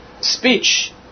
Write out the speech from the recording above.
speech